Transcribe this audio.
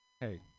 Hey